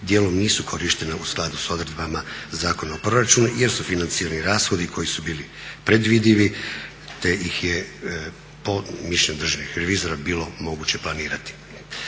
dijelom nisu korištena u skladu s odredbama Zakona o proračunu jer su financirani rashodi koji su bili predvidivi te ih je po mišljenju državnih revizora bilo moguće planirati.